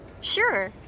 Sure